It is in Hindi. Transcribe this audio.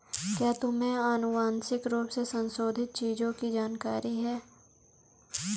क्या तुम्हें आनुवंशिक रूप से संशोधित जीवों की जानकारी है?